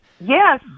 Yes